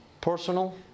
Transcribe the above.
Personal